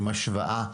עם השוואה.